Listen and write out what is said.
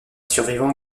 survivant